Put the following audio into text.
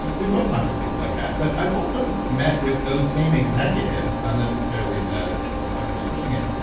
yeah we both talked with people like that, but i've also met with those same executives, not necessarily the the doctors pushing it,